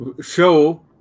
show